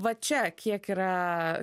va čia kiek yra